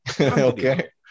Okay